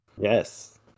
Yes